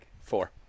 Four